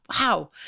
Wow